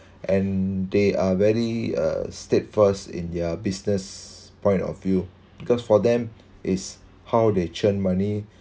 and they are very uh steadfast in their business point of view because for them it's how they churn money